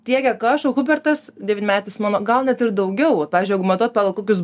tiek kiek aš o hubertas devynmetis mano gal net ir daugiau pavyzdžiui jeigu matuot pagal kokius